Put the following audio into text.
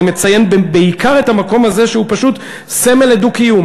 אני מציין בעיקר את המקום הזה שהוא פשוט סמל לדו-קיום.